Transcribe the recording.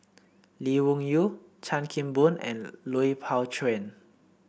Lee Wung Yew Chan Kim Boon and Lui Pao Chuen